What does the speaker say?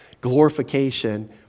glorification